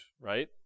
right